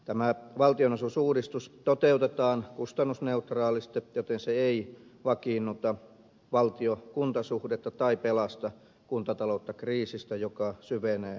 tämä valtionosuusuudistus toteutetaan kustannusneutraalisti joten se ei vakiinnuta valtiokunta suhdetta tai pelasta kuntataloutta kriisistä joka syvenee hyvin nopeasti